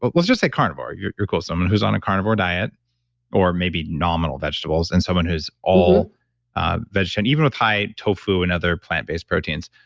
but just say carnivore. you're you're called someone who's on a carnivore diet or maybe nominal vegetables and someone who's all vegetarian even with high tofu and other plant-based protein. so